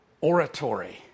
oratory